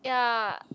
ya